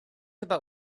about